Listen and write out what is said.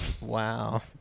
Wow